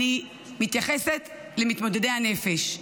אני מתייחסת למתמודדי הנפש.